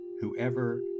whoever